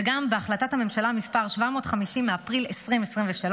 וגם בהחלטת הממשלה 750 מאפריל 2023,